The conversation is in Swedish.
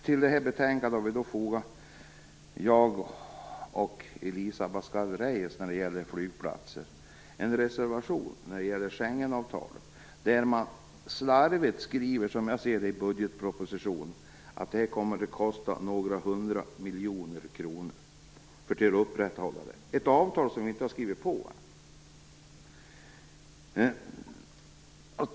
Till detta betänkande har jag och Elisa Abascal Reyes när det gäller flygplatser fogat en reservation om Schengenavtalet. I budgetpropositionen skriver man - slarvigt, som jag ser det - att det kommer att kosta några hundra miljoner kronor att upprätthålla det. Vi har ju inte skrivit på detta avtal än.